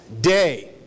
day